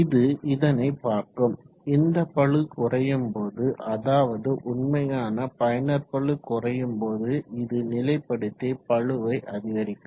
இது இதனை பார்க்கும் இந்த பளு குறையும் போது அதாவது உண்மையான பயனர் பளு குறையும் போது இது நிலைப்படுத்தி பளுவை அதிகரிக்கும்